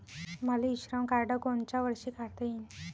मले इ श्रम कार्ड कोनच्या वर्षी काढता येईन?